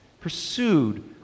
Pursued